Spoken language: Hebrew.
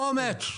רק אומץ.